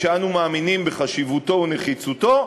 שאנו מאמינים בחשיבותו ובנחיצותו,